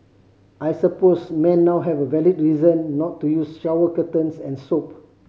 I suppose men now have a valid reason not to use shower curtains and soap